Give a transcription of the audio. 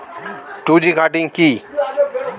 Two G cutting কি?